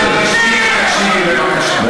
מירב, את לא הקשבת בכלל.